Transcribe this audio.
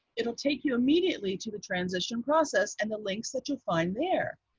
it will take you immediately to the transition process and the links that you'll find there.